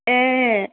ए